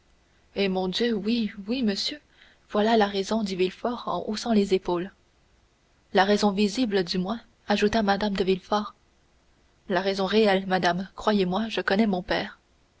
eh mon dieu oui oui monsieur voilà la raison dit villefort en haussant les épaules la raison visible du moins ajouta mme de villefort la raison réelle madame croyez-moi je connais mon père